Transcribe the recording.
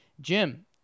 Jim